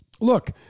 look